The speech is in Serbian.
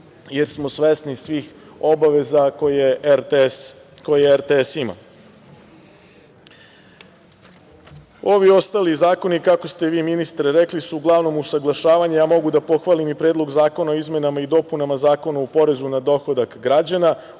jer smo svesni svih obaveza koje RTS ima. Ovi ostali zakoni, kako ste vi ministre rekli, su uglavnom usaglašavanje. Mogu da pohvalim i Predlog zakona o izmenama i dopunama Zakona o porezu na dohodak građana.